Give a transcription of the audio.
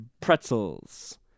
pretzels